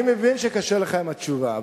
אני מבין שקשה לך עם התשובה,